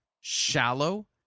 shallow